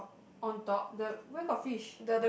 on top the where got fish